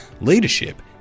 leadership